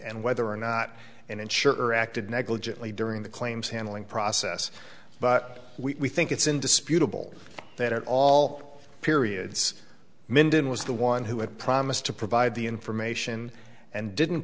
and whether or not and sure acted negligently during the claims handling process but we think it's indisputable that all periods mindon was the one who had promised to provide the information and didn't